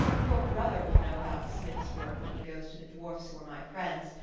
your brother will know about smith's work when he goes to the dwarfs who are my friends,